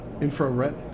infrared